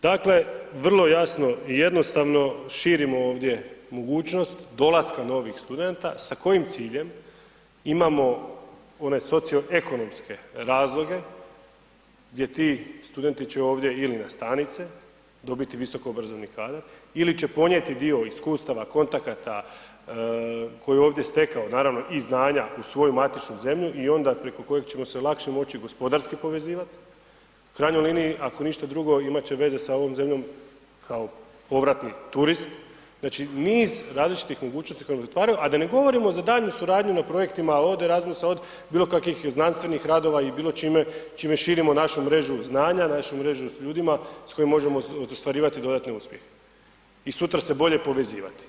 Dakle, vrlo jasno i jednostavno širimo ovdje mogućnost dolaska novih studenta sa kojim ciljem, imamo onaj socioekonomske razloge gdje ti studenti će ovdje ili nastanit se, dobiti visoko obrazovni kadar ili će ponijeti dio iskustava, kontakata koje je ovdje stekao, naravno i znanja u svoju matičnu zemlju i onda preko kojeg ćemo se lakše moći i gospodarski povezivat, u krajnjoj liniji ako ništa drugo imat će veze sa ovom zemljom kao povratni turist, znači niz različitih mogućnosti … [[Govornik se ne razumije]] , a da ne govorimo za daljnju suradnju na projektima od Erazmusa od bilo kakvih znanstvenih radova i bilo čime, čime širimo našu mrežnu znanja, našu mrežu s ljudima s kojim možemo ostvarivati dodatne uspjehe i sutra se bolje povezivati.